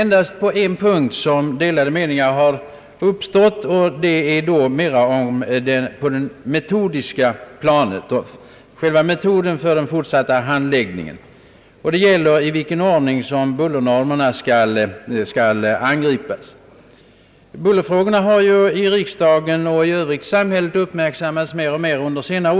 Endast på en punkt har delade meningar uppstått, nämligen när det gäller frågan om i vilken ordning arbetet med bullernormerna skall angripas. Bullerfrågorna har i riksdagen och även i samhället i övrigt under senare år mer och mer uppmärksammats.